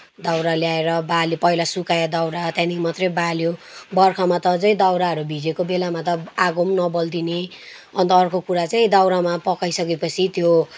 दाउरा ल्याएर बाल्यो पहिला सुकायो दाउरा त्यहाँदेखि मात्रै बाल्यो बर्खामा त अझै दाउराहरू भिजेको बेलामा त आगो पनि नबलिदिने अन्त अर्को कुरा चाहिँ दाउरामा पकाइसकेपछि त्यो